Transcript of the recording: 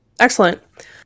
Excellent